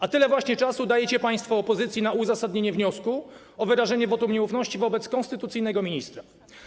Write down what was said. A tyle właśnie czasu dajecie państwo opozycji na uzasadnienie wniosku o wyrażenie wotum nieufności wobec konstytucyjnego ministra.